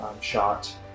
shot